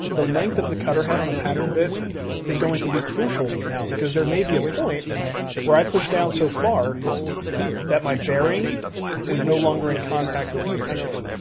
the length of the cutter head on the pattern bit is going to be crucial now because there may be a point where i push down so far that my bearing is no longer in contact with my template,